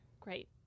Great